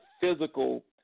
physical